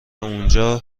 اونجا